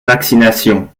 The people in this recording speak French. vaccination